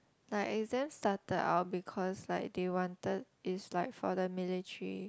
like exams started I will because like I didn't wanted it's like for the military